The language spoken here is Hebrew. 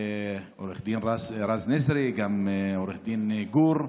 עו"ד רז נזרי, גם עו"ד גור.